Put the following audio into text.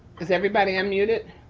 is everybody unmuted.